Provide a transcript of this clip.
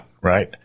Right